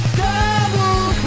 double